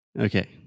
Okay